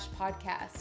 podcast